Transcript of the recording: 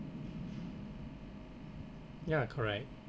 ya correct